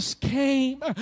came